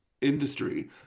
industry